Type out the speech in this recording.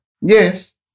Yes